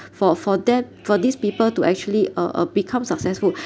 for for that for these people to actually uh uh become successful